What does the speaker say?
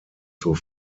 zur